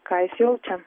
ką jis jaučia